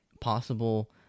Possible